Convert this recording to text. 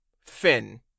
Finn